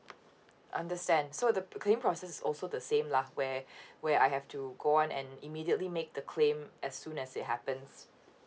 understand so the claiming process is also the same lah where where I have to go on and immediately make the claim as soon as it happens